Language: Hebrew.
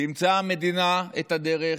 תמצא המדינה את הדרך,